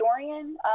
historian